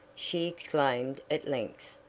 she exclaimed at length,